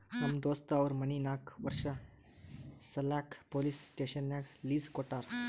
ನಮ್ ದೋಸ್ತ್ ಅವ್ರ ಮನಿ ನಾಕ್ ವರ್ಷ ಸಲ್ಯಾಕ್ ಪೊಲೀಸ್ ಸ್ಟೇಷನ್ಗ್ ಲೀಸ್ ಕೊಟ್ಟಾರ